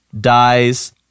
dies